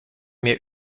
mir